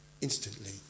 instantly